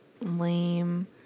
lame